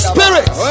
Spirit